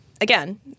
again